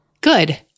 Good